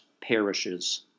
perishes